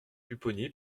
pupponi